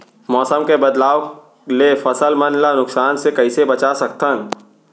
मौसम के बदलाव ले फसल मन ला नुकसान से कइसे बचा सकथन?